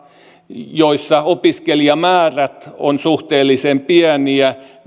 joissa opiskelijamäärät ovat suhteellisen pieniä